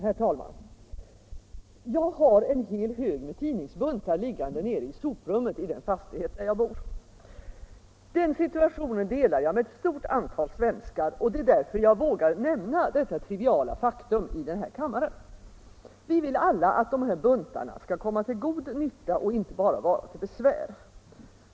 Herr talman! Jag har en hel hög med tidningsbuntar liggande nere i soprummet i den fastighet där jag bor. Den situationen delar jag med ett stort antal svenskar, och det är därför jag vågar nämna detta triviala faktum i denna kammare. Vi vill alla att dessa buntar skall komma till god nytta och inte bara vara till besvär.